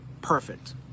perfect